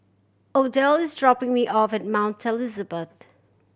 Odell is dropping me off at Mount Elizabeth